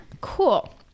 cool